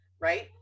right